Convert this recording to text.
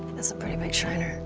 that's a pretty big shiner.